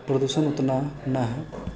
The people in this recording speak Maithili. प्रदूषण ओतना नहि है